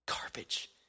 Garbage